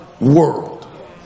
world